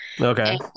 okay